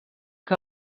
que